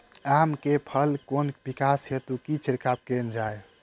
आम केँ फल केँ विकास हेतु की छिड़काव कैल जाए?